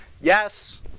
yes